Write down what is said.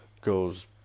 goes